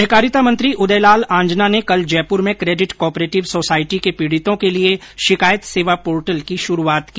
सहकारिता मंत्री उदय लाल आंजना ने कल जयपुर में क्रोडिट को ऑपरेटिव सोसायटी के पीड़ितों के लिये शिकायत सेवा पोर्टल की शुरूआत की